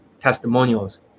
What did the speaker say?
testimonials